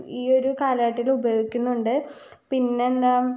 ഈ ഒരു കാലഘട്ടത്തിൽ ഉപയോഗിക്കുന്നുണ്ട് പിന്നെ എന്താണ്